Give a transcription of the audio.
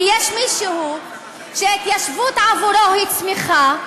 כי יש מישהו שההתיישבות עבורו היא צמיחה,